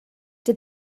did